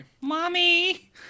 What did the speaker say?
Mommy